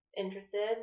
interested